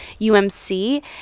UMC